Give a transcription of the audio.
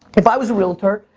if i was a realtor,